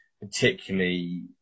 particularly